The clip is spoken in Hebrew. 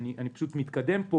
מתקדם.